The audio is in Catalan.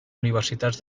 universitats